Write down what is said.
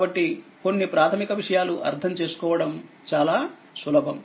కాబట్టి కొన్ని ప్రాథమిక విషయాలు అర్థం చేసుకోవడం చాలా సులభం